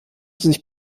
sich